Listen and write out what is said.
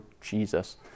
Jesus